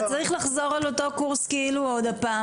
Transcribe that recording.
אתה צריך לחזור על אותו קורס כאילו עוד פעם.